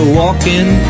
walking